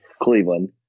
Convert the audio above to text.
Cleveland